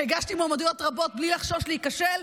הגשתי מועמדויות רבות בלי לחשוש להיכשל,